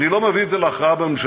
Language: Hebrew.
אני לא מביא את זה להכרעה בממשלה,